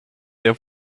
der